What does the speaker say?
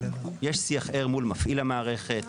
יש שיח ער מול מפעיל המערכת,